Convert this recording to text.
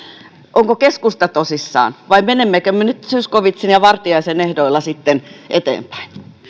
onko keskusta tosissaan vai menemmekö me nyt zyskowiczin ja vartiaisen ehdoilla eteenpäin